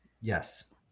Yes